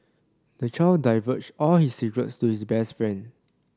the child divulged all his secrets to his best friend